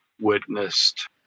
witnessed